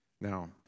Now